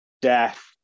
death